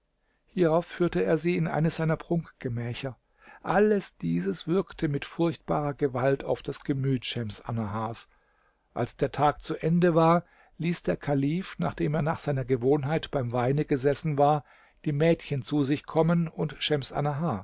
hierauf führte er sie in eines seiner prunkgemächer alles dieses wirkte mit furchtbarer gewalt auf das gemüt schems annahars als der tag zu ende war ließ der kalif nachdem er nach seiner gewohnheit beim weine gesessen war die mädchen zu sich kommen und schems